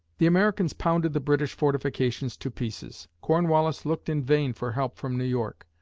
the americans pounded the british fortifications to pieces. cornwallis looked in vain for help from new york.